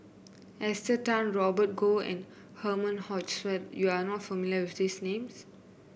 Esther Tan Robert Goh and Herman Hochstadt you are not familiar with these names